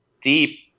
deep